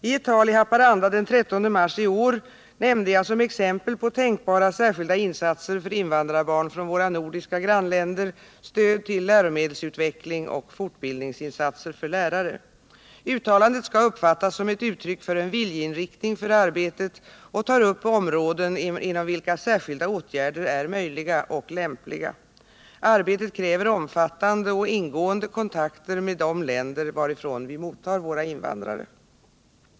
I ett tal i Haparanda den 13 mars i år nämnde jag som exempel på tänkbara särskilda insatser för invandrarbarn från våra nordiska grannländer stöd till läromedelsutveckling och fortbildningsinsatser för lärare. Uttalandet skall uppfattas som ett uttryck för en viljeinriktning för arbetet och tar upp områden inom vilka särskilda åtgärder är möjliga och lämpliga. Arbetet kräver omfattande och ingående kontakter med de länder varifrån vi mottar våra invandrare.